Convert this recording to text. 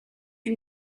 you